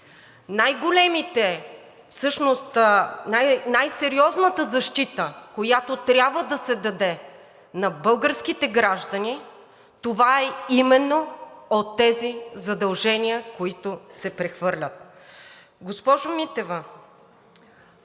фирма. Всъщност най-голямата защита, която трябва да се даде на българските граждани, е именно от тези задължения, които се прехвърлят. Госпожо Митева,